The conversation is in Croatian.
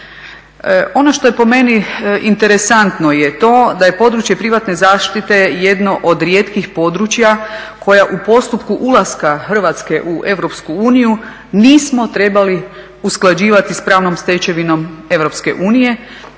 Ono što je po meni interesantno je to da je područje privatne zaštite jedno od rijetkih područja koja u postupku ulaska Hrvatske u EU nismo trebali usklađivati s pravnom stečevinom EU